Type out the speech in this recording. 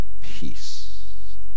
peace